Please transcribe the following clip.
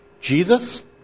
Jesus